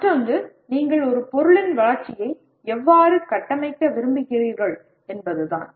மற்றொன்று நீங்கள் ஒரு பொருளின் வளர்ச்சியை எவ்வாறு கட்டமைக்க விரும்புகிறீர்கள் என்பதுதான்